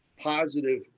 positive